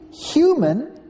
human